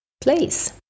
place